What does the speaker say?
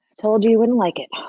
told you, you wouldn't like it.